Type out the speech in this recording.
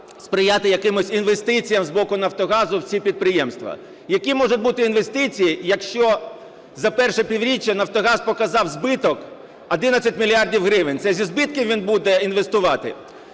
сприяти якимось інвестиціям з боку "Нафтогазу" в ці підприємства. Які можуть бути інвестиції, якщо за І півріччя "Нафтогаз" показав збиток 11 мільярдів гривень? Це зі збитків він буде інвестувати?